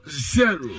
Zero